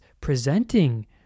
presenting